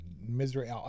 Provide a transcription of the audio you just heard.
Misery